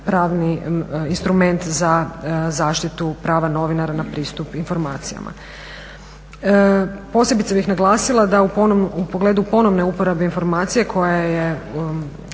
pravni instrument za zaštitu prava novinara na pristup informacijama. Posebice bih naglasila da u pogledu ponovne uporabe informacija koja je